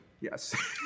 Yes